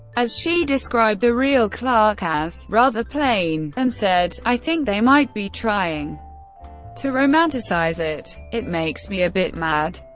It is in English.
as she described the real clarke as rather plain, and said i think they might be trying to romanticise it. it makes me a bit mad.